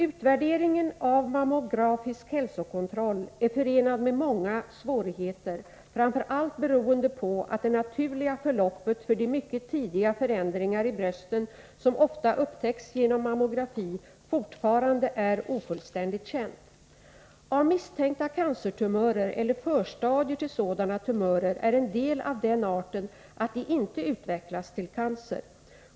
Utvärderingen av mammografisk hälsokontroll är förenad med många svårigheter, framför allt beroende på att det naturliga förloppet för de mycket tidiga förändringar i brösten som ofta upptäcks genom mammografi fortfarande är ofullständigt känt. Av misstänkta cancertumörer eller förstadier till sådana tumörer är en del av den arten att de inte utvecklas till cancer.